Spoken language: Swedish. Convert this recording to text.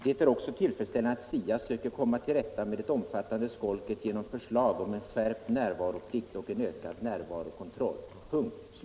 Det är också tillfredställande, att SIA söker komma tillrätta med det omfattande skolket genom förslag om en skärpt närvaroplikt och en ökad närvarokontroll.”